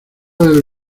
del